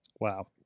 Wow